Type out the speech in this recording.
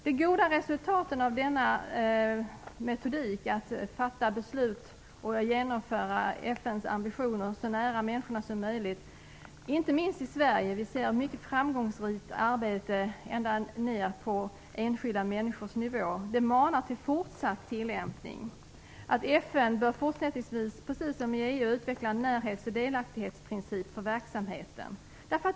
De goda resultaten av denna metodik att fatta beslut och genomföra FN:s ambitioner så nära människorna som möjligt, inte minst i Sverige - vi ser mycket framgångsrikt arbete ända ner på enskilda människors nivå - manar till fortsatt tillämpning. FN bör fortsättningsvis, precis som EU, utveckla en närhets och delaktighetsprincip för verksamheten.